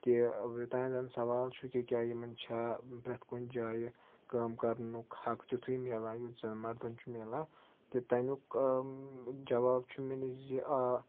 تہِ یوٚتام زَن سوال چھُ کہِ کیٛاہ یِمَن چھا پرٛٮ۪تھ کُنہِ جایہِ کٲم کَرنُک حق تِتھُے مِلان یُتھ زَن مَردَن چھُ مِلان تہٕ تَمیُک جواب چھُ مےٚ نِش زِ آ